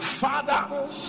father